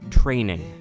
training